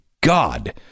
God